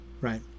right